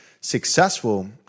successful